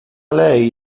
lei